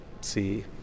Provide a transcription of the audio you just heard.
see